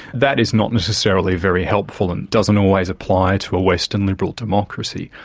that is not necessarily very helpful and doesn't always apply to a western, liberal democracy,